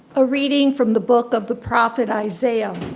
a reading from the book of the prophet isaiah.